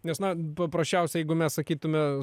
nes na paprasčiausia jeigu mes sakytume